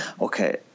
Okay